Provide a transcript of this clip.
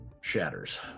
shatters